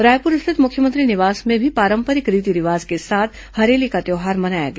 रायपुर स्थित मुख्यमंत्री निवास में भी पारंपरिक रीति रिवाज के साथ हरेली का त्यौहार मनाया गया